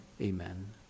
Amen